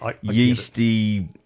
yeasty